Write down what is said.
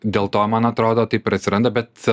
dėl to man atrodo taip ir atsiranda bet